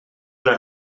una